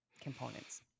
components